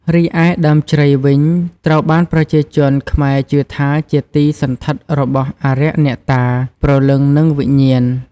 រីឯដើមជ្រៃវិញត្រូវបានប្រជាជនខ្មែរជឿថាជាទីសណ្ឋិតរបស់អារក្សអ្នកតា ព្រលឹងនិងវិញ្ញាណ។